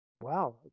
Wow